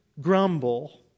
grumble